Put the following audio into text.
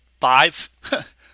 five